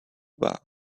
bar